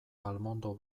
palmondo